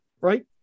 Right